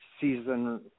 season